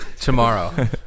tomorrow